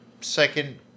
second